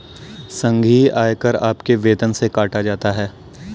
संघीय आयकर आपके वेतन से काटा जाता हैं